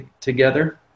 together